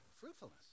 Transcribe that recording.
fruitfulness